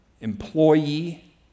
employee